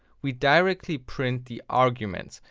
we directly print the arguments.